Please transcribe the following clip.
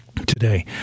today